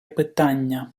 питання